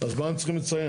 אז מה הם צריכים לציין?